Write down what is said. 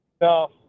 No